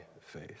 faith